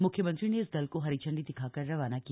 मुख्यमंत्री ने इस दल को हरी झंडी दिखाकर रवाना किया